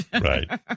right